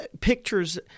pictures